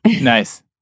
nice